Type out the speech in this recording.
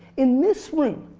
in this room,